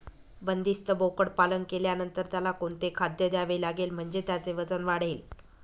बंदिस्त बोकडपालन केल्यानंतर त्याला कोणते खाद्य द्यावे लागेल म्हणजे त्याचे वजन वाढेल?